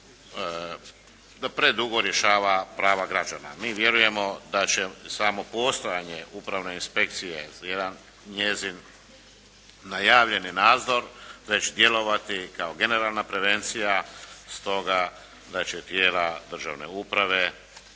da predugo rješava pravo građana. Mi vjerujemo da će samo postojanje upravne inspekcije, jedan njezin najavljeni nadzor već djelovati kao generalna prevencija. Stoga da će tijela državne uprave